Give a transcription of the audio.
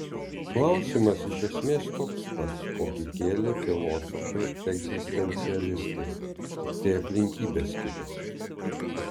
klausimas iš esmės toks pats kokį kėlė filosofai egzistencialistai tiktai aplinkybės kitos